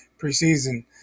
preseason